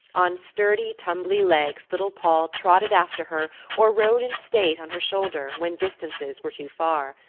on sturdy, tumbly legs little poll trotted after her or rode in state on her shoulder, when distances were too far.